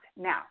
Now